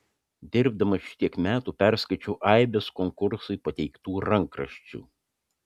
dirbdamas šitiek metų perskaičiau aibes konkursui pateiktų rankraščių